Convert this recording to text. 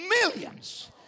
millions